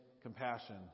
compassion